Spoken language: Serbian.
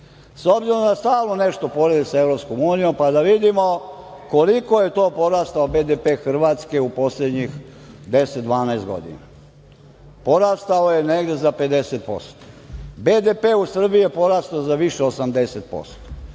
obzirom da stalno nešto porede sa EU, pa da vidimo koliko je to porastao BDP Hrvatske u poslednjih 10, 12 godina. Porastao je negde za 50%. BDP u Srbiji je porastao za više 80%,